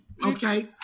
Okay